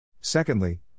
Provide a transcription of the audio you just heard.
Secondly